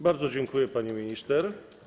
Bardzo dziękuję, pani minister.